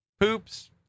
Poops